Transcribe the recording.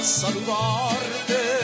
saludarte